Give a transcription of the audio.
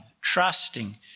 trusting